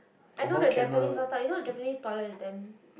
I know the Japanese bathtub you know Japanese toilet is damn